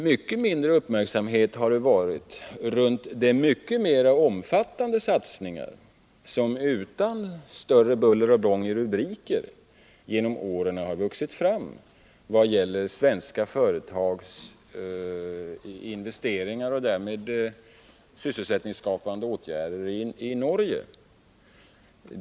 Mycket mindre uppmärksamhet har riktats på de mycket mer omfattande satsningar som, utan större buller och bång i rubriker, genom åren har vuxit fram genom svenska företags investeringar och därmed sysselsättningsskapande åtgärder i Norge.